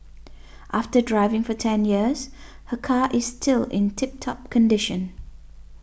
after driving for ten years her car is still in tip top condition